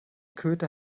köter